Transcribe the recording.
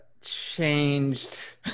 changed